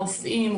רופאים,